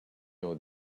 know